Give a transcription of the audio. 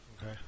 Okay